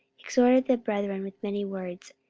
exhorted the brethren with many words,